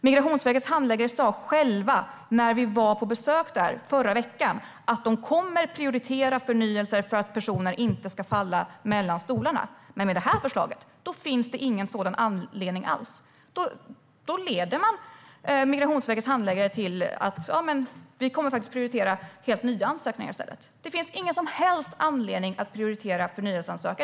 Migrationsverkets handläggare sa själva när vi var på besök där i förra veckan att de kommer att prioritera förnyelser för att personer inte ska falla mellan stolarna. Men med detta förslag finns det ingen sådan anledning, utan Migrationsverkets handläggare kommer att prioritera nya ansökningar. Det finns ingen som helst anledning för dem att prioritera förnyelseansökningar.